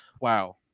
wow